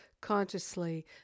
consciously